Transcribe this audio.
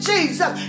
Jesus